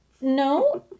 no